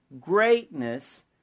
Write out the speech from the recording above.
greatness